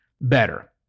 better